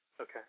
Okay